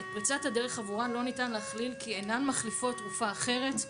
את פריצת הדרך עבורן לא ניתן להכליל כי היא אינה מחליפה תרופה אחרת,